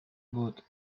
good